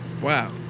Wow